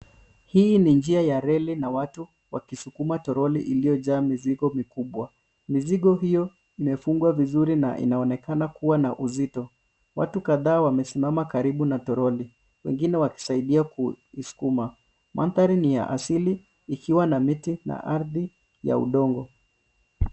Hii ni njia ya reli na watu wakisukuma troli iliyojaa mizigo mikubwa , mizigo hiyo inaonekana kufungwa vizuri na inaonekana kuwa na uzito watu kadhaa wamesimama karibu na troli wengine wakisaidia kusukuma , mandhari ni ya saili ikiwa na miti na ardhi ya udongo.